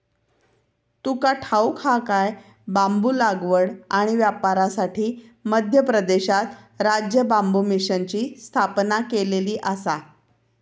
तुका ठाऊक हा काय?, बांबू लागवड आणि व्यापारासाठी मध्य प्रदेशात राज्य बांबू मिशनची स्थापना केलेली आसा